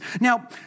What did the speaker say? Now